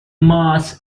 mass